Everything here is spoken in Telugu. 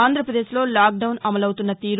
ఆంధ్రాపదేశ్లో లాక్ డౌన్ అమలవుతున్న తీరు